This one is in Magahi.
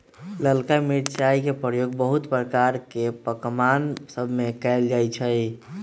ललका मिरचाई के प्रयोग बहुते प्रकार के पकमान सभमें कएल जाइ छइ